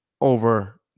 over